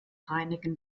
reinigen